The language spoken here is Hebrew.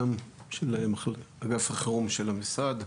אגף החירום של המשרד.